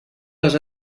les